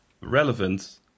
relevant